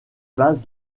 bases